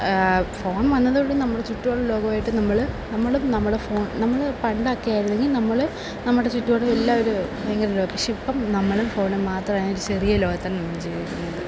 phone വന്നതോടുകൂടി നമ്മൾ ചുറ്റുമുള്ള ലോകവുമായിട്ട് നമ്മൾ നമ്മളും നമ്മളുടെ ഫോൺ നമ്മൾ പണ്ടൊക്കെ ആയിരുന്നുവെങ്കിൽ നമ്മൾ നമ്മുടെ ചുറ്റുപാടുമുള്ള എല്ലാവരുമായിട്ട് ഭയങ്കരമൊരു പക്ഷേ ഇപ്പം നമ്മളും ഫോണും മാത്രമായ ഒരു ചെറിയ ലോകത്താണ് നമ്മൾ ജീവിക്കുന്നത്